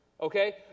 okay